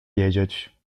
wiedzieć